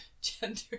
gender